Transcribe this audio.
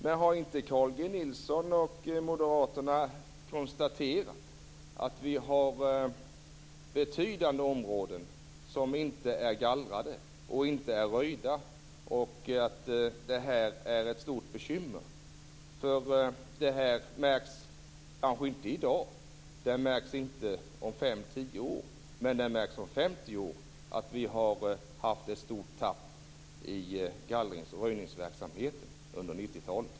Men har inte Carl G Nilsson och moderaterna konstaterat att det finns betydande områden som inte är gallrade och röjda? Detta är ett stort bekymmer. Det märks kanske inte i dag, inte om fem tio år, men det märks om 50 år att det har varit ett stort tapp i gallrings och röjningsverksamheten under 90-talet.